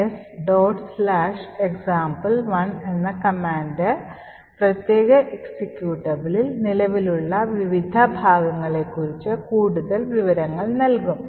example1 എന്ന command പ്രത്യേക എക്സിക്യൂട്ടബിളിൽ നിലവിലുള്ള വിവിധ വിഭാഗങ്ങളെക്കുറിച്ച് കൂടുതൽ വിവരങ്ങൾ നൽകും